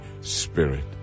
spirit